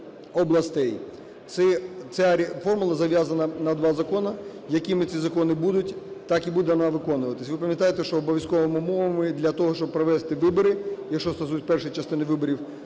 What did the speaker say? Ця формула зав'язана на два закони, якими ці закони будуть, так і буде вона виконуватись. Ви пам'ятаєте, що обов'язковими умовами для того, щоб провести вибори, що стосується першої частини виборів,